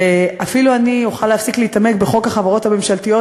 ואפילו אני אוכל להפסיק להתעמק בחוק החברות הממשלתיות,